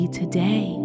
today